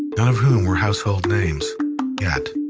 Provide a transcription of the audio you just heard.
none of whom were household names yet